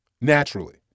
naturally